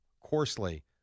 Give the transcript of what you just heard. coarsely